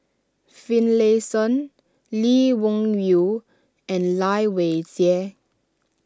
Finlayson Lee Wung Yew and Lai Weijie